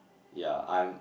ya I'm